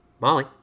Molly